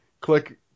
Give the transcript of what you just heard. click